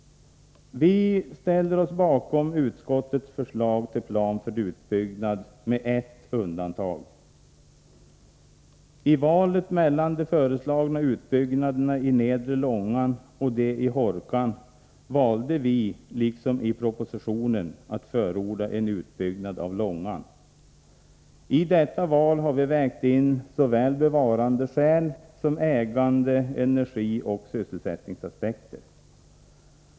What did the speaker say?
Vi ställer oss bakom utskottets förslag till plan för utbyggnad, med ett undantag. I valet mellan de föreslagna utbyggnaderna i nedre Långan och de i Hårkan valde vi, liksom man gör i propositionen, att förorda en utbyggnad av Långan. I detta val har vi vägt in såväl bevarandeskäl som ägande-, energioch sysselsättningsaspekter.